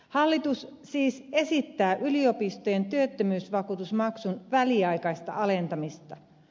hallitus siis esittää yliopistojen työttömyysvakuutusmaksun väliaikaista alentamista